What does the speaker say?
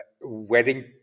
wedding